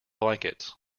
blankets